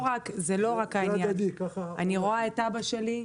זה לא רק העניין, אני רואה את אבא שלי,